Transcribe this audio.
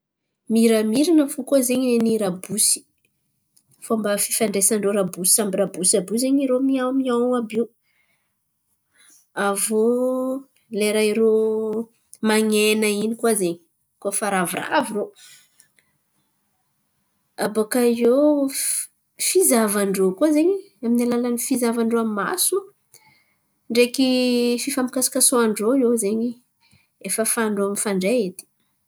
Miramirana fo koa zen̈y, niny rabosy, fomba fifandraisan-drô rabosy samby rabosy àby io zen̈y irô miaon miaon àby io. Aviô lera irô man̈ena iny koa zen̈y koa fa ravoravo irô. Abôkaiô fi- fizahavan-drô koa zen̈y amin'ny alalan'ny fizahavan-drô amin'ny maso ndreky fifampikasoasoan-drô zen̈y efa ahafan-drô mifandray edy.